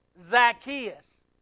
Zacchaeus